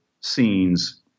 scenes